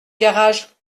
garage